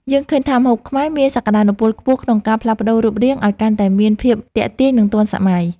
យើងឃើញថាម្ហូបខ្មែរមានសក្តានុពលខ្ពស់ក្នុងការផ្លាស់ប្តូររូបរាងឱ្យកាន់តែមានភាពទាក់ទាញនិងទាន់សម័យ។